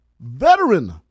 Veteran